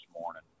morning